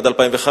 עד 2005,